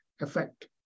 effect